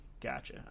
Gotcha